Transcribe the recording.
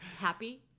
Happy